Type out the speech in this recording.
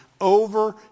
over